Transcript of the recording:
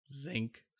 zinc